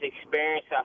experience